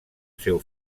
seu